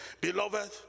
Beloved